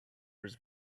was